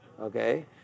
Okay